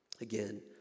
Again